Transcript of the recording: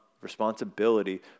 responsibility